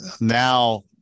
now